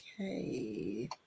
Okay